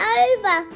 over